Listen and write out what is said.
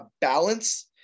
balance